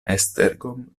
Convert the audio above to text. esztergom